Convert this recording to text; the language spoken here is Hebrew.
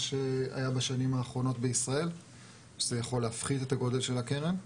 שהיה בשנים האחרונות בישראל וזה יכול להפחית את גודל הקרן,